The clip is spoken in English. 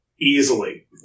easily